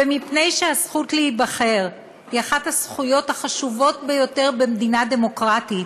ומפני שהזכות להיבחר היא אחת הזכויות החשובות ביותר במדינה דמוקרטית,